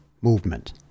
movement